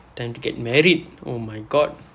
time to get married oh my god